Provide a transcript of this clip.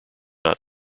not